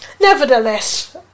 nevertheless